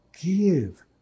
give